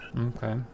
Okay